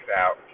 out